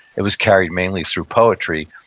it was carried mainly through poetry,